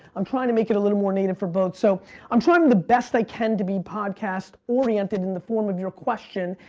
i'm trying to make it a little more native for both, so i'm trying the best i can to be podcast-oriented in the form of your question.